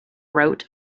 wrote